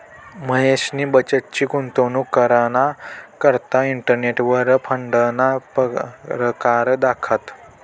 महेशनी बचतनी गुंतवणूक कराना करता इंटरनेटवर फंडना परकार दखात